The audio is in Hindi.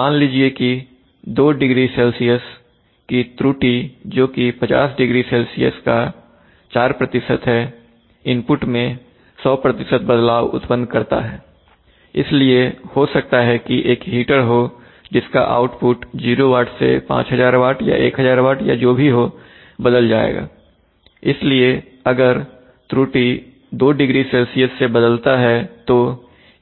मान लीजिए कि 20C की त्रुटि जोकि500C का 4 है इनपुट में 100 बदलाव उत्पन्न करता है इसलिए हो सकता है कि एक हीटर हो जिसका आउटपुट 0 वाट से 5000 वाट या 1000 वाट या जो भी हो बदल जाएगा इसलिए अगर त्रुटि 2 डिग्री सेल्सियस से बदलता है तो